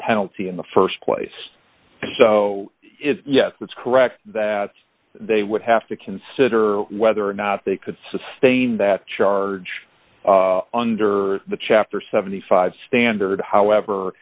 penalty in the st place so yes that's correct that they would have to consider whether or not they could sustain that charge under the chapter seventy five standard however